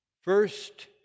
first